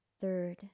third